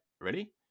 Ready